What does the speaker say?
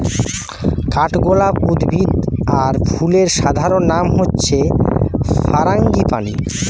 কাঠগোলাপ উদ্ভিদ আর ফুলের সাধারণ নাম হচ্ছে ফারাঙ্গিপানি